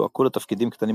לוהקו לתפקידים קטנים בסרט.